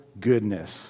goodness